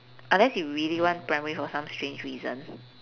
unless if you really want primary for some strange reason